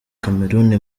cameroun